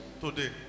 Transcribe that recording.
today